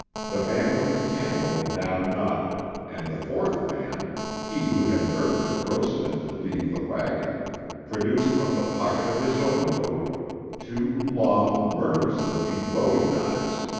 the man with the candle now nodded, and the fourth man he who had urged grossmith to leave the wagon produced from the pocket of his overcoat two long, murderous looking bowie-knives,